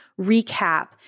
recap